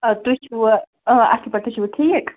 آ تُہی چھُوا آ اَصٕل پٲٹھۍ تُہۍ چھُوا ٹھیٖک